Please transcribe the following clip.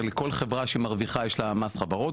לכל חברה שמרוויחה יש מס חברות,